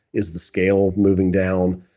is the scale moving down?